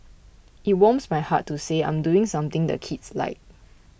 it warms my heart to say I'm doing something the kids like